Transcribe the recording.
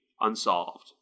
unsolved